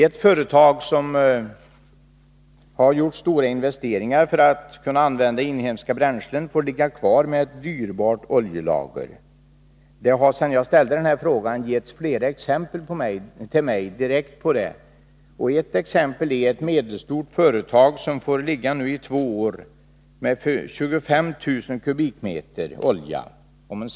Ett företag som har gjort stora investeringar för att kunna använda inhemska bränslen får trots detta ligga med ett dyrbart oljelager. Sedan jag ställde den här frågan har jag hört flera exempel på detta. Ett exempel är ett medelstort företag som nu under två års tid får hålla med 25 000 m? olja i lager.